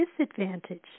disadvantage